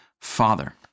Father